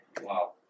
Wow